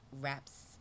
wraps